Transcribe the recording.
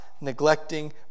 neglecting